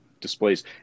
displays